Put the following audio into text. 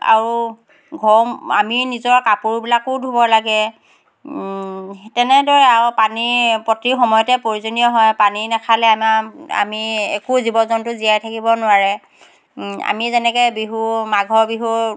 আৰু ঘৰ আমি নিজৰ কাপোৰবিলাকো ধোব লাগে তেনেদৰে আৰু পানীয়ে প্ৰতি সময়তে প্ৰয়োজনীয় হয় পানী নেখালে আমাৰ আমি একো জীৱ জন্তু জীয়াই থাকিব নোৱাৰে আমি যেনেকৈ বিহু মাঘ বিহুৰ